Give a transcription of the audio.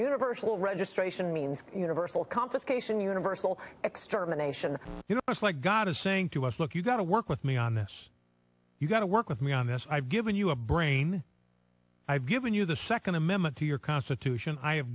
universal registration universal confiscation universal extermination you know it's like god is saying to us look you've got to work with me on this you've got to work with me on this i've given you a brain i've given you the second amendment to your constitution i